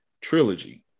trilogy